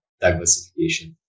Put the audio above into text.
diversification